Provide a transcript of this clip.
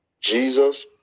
Jesus